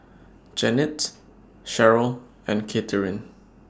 Jannette Cherryl and Katherin